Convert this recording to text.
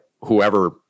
whoever